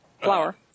flour